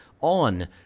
on